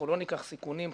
אנחנו לא ניקח סיכונים.